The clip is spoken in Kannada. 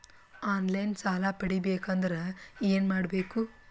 ಆನ್ ಲೈನ್ ಸಾಲ ಪಡಿಬೇಕಂದರ ಏನಮಾಡಬೇಕು?